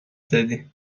زدی